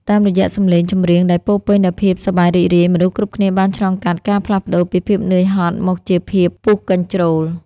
តាមរយៈសម្លេងចម្រៀងដែលពោរពេញដោយភាពសប្បាយរីករាយ មនុស្សគ្រប់គ្នាបានឆ្លងកាត់ការផ្លាស់ប្តូរពីភាពនឿយហត់មកជាភាពពុះកញ្ជ្រោល។